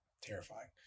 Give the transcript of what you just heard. terrifying